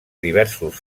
diversos